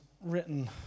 written